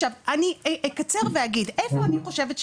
עכשיו, אני אקצר ואגיד איפה אני חושבת שהכשלים.